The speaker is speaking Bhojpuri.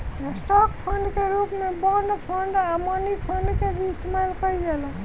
स्टॉक फंड के रूप में बॉन्ड फंड आ मनी फंड के भी इस्तमाल कईल जाला